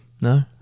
no